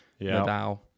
Nadal